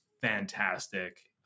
fantastic